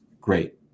great